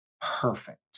perfect